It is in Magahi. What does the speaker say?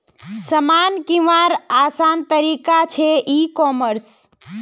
सामान किंवार आसान तरिका छे ई कॉमर्स